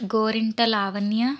Gorinta Lavanya